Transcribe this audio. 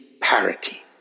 parity